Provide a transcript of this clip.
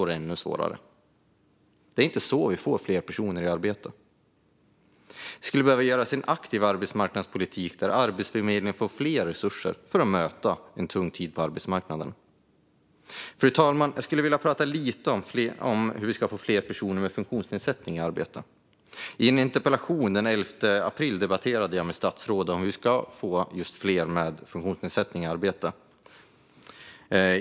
Det är inte så vi får fler personer i arbete. Det skulle behövas en aktiv arbetsmarknadspolitik där Arbetsförmedlingen får mer resurser för att möta en tung tid på arbetsmarknaden. Fru talman! Jag skulle vilja prata lite om hur vi ska få fler personer med funktionsnedsättning i arbete. I en interpellationsdebatt den 11 april debatterade jag med statsrådet om just hur vi ska få fler med funktionsnedsättning i arbete.